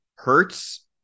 Hurts